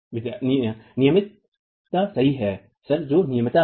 विद्यार्थी नमनीयता सही है सर जो नमनीयता है